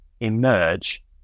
emerge